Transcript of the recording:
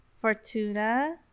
Fortuna